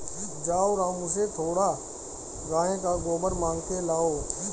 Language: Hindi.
जाओ रामू से थोड़ा गाय का गोबर मांग के लाओ